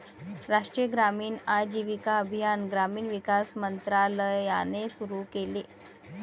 राष्ट्रीय ग्रामीण आजीविका अभियान ग्रामीण विकास मंत्रालयाने सुरू केले